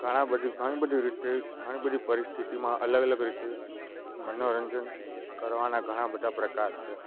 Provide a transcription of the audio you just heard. ઘણા બધી ઘણી બધી રીતે ઘણી બધી પરિસ્થિતિમાં અલગ અલગ રીતે મનોરંજન કરવાના ઘણા બધા પ્રકાર છે